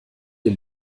ihr